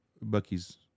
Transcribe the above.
Bucky's